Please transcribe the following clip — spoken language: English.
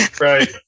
Right